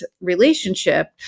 relationship